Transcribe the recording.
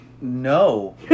No